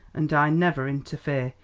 and i never interfere.